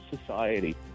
society